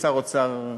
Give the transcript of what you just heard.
כשר האוצר,